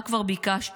מה כבר ביקשתי?